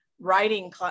writing